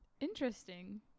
Interesting